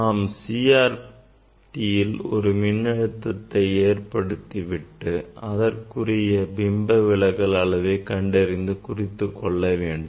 ஆம் CRTயில் ஒரு மின்னழுத்தத்தை ஏற்படுத்திவிட்டு அதற்குரிய பிம்ப விலகல் அளவை கண்டறிந்து குறித்துக்கொள்ள வேண்டும்